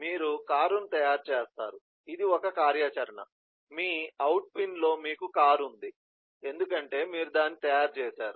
మీరు కారును తయారు చేస్తారు ఇది ఒక కార్యాచరణ మీ అవుట్ పిన్లో మీకు కారు ఉంది ఎందుకంటే మీరు దాన్ని తయారు చేశారు